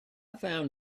found